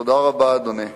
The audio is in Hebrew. תודה רבה, אדוני.